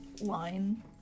line